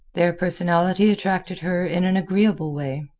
their personality attracted her in an agreeable way.